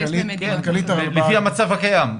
לפי המצב הקיים.